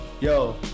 Yo